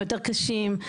היותר קשים.